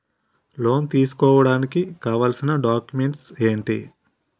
Loan తీసుకోడానికి కావాల్సిన documents ఎంటి?